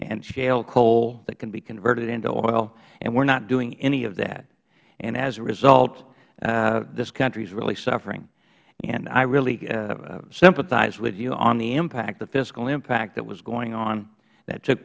shale coal that can be converted into oil and we are not doing any of that and as a result this country is really suffering and i really sympathize with you on the impact the fiscal impact that was going on that took